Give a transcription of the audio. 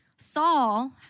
Saul